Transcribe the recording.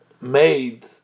made